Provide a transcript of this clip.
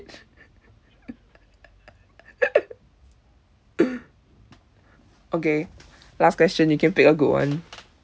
okay last question you can pick a good one